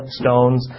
stones